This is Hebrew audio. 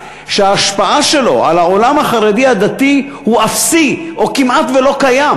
שההשפעה שלו על העולם החרדי הדתי הוא אפסי או כמעט לא קיים?